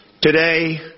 Today